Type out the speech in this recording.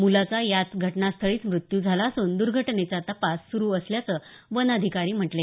मुलाचा यात घटनास्थळीच मृत्यू झाला असून दूर्घटनेचा तपास सुरू असल्याचं वनाधिकारी म्हणाले